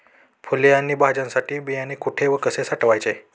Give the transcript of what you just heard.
फुले आणि भाज्यांसाठी बियाणे कुठे व कसे साठवायचे?